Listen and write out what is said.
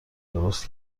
درست